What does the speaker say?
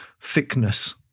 thickness